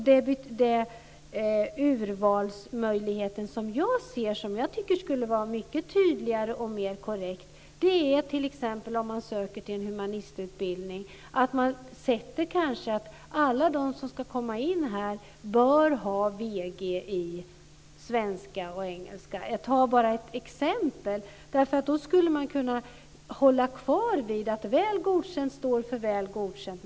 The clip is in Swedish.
Den urvalsmöjlighet som jag tycker skulle vara mycket tydligare och mer korrekt är att man för att komma in på t.ex. en humanistutbildning bör ha VG i svenska och engelska. Då skulle man kunna hålla fast vid att Väl godkänd står för Väl godkänd.